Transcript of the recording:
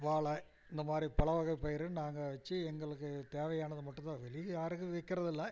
வாழை இந்த மாதிரி பலவகை பயிர் நாங்கள் வெச்சு எங்களுக்கு தேவையானது மட்டும் தான் வெளியே யாருக்கும் விக்கிறது இல்லை